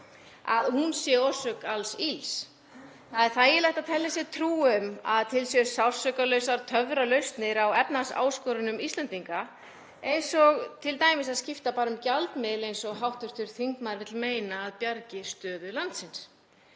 hún sé orsök alls ills. Það er þægilegt að telja sér trú um að til séu sársaukalausar töfralausnir á efnahagsáskorunum Íslendinga, eins og t.d. að skipta bara um gjaldmiðil, eins og hv. þingmaður vill meina að bjargi stöðu landsins.